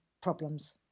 problems